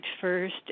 first